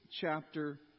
chapter